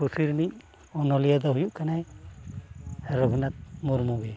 ᱯᱩᱛᱷᱤ ᱨᱤᱱᱤᱡ ᱚᱱᱚᱞᱤᱭᱟᱹ ᱫᱚ ᱦᱩᱭᱩᱜ ᱠᱟᱱᱟᱭ ᱨᱟᱹᱜᱷᱩᱱᱟᱛ ᱢᱩᱨᱢᱩ ᱜᱮ